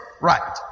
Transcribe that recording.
Right